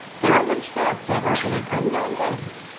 the romans felt they were in an unknown land,